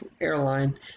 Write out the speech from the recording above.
airline